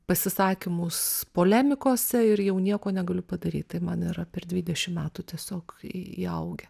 pasisakymus polemikose ir jau nieko negaliu padaryt tai man yra per dvidešim metų tiesiog į įaugę